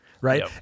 Right